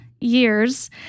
years